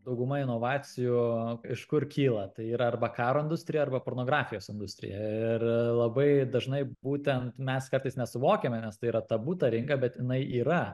dauguma inovacijų iš kur kyla tai yra arba karo industrija arba pornografijos industrija ir labai dažnai būtent mes kartais nesuvokiame nes tai yra tabu ta rinka bet jinai yra